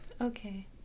Okay